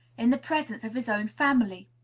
in the presence of his own family.